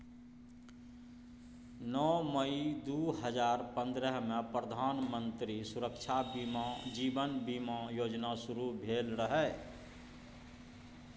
नौ मई दु हजार पंद्रहमे प्रधानमंत्री सुरक्षा जीबन बीमा योजना शुरू भेल रहय